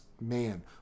man